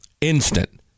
instant